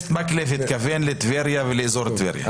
חבר הכנסת מקלב התכוון לטבריה ולאזור טבריה.